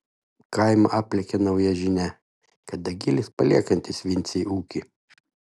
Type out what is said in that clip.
kaimą aplėkė nauja žinia kad dagilis paliekantis vincei ūkį